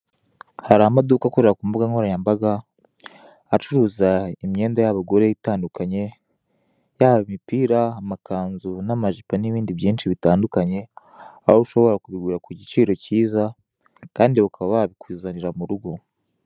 Hari amaduka akorera kumbuga nkoranyambaga, acuruza imyenda y'abagore itandukanye yaba ipira, amakanzu n'amajipo n'ibindi byinshi bitandukanye, aho ushobora kubigura kugiciro kiza bakaba babikuzanira no murugo.